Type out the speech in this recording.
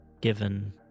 given